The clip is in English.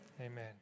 Amen